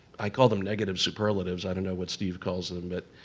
i call them negative superlatives, i don't know what steve calls them, but